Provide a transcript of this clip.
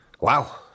Wow